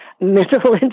mental